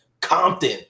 Compton